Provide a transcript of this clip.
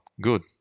good